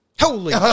Holy